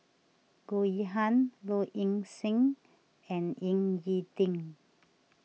Goh Yihan Low Ing Sing and Ying E Ding